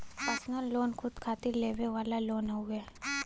personal loan खुद खातिर लेवे वाला लोन हउवे